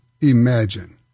imagine